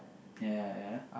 ya ya ya